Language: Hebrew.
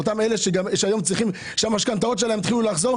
אותם אלה שהמשכנתאות שלהם התחילו לחזור,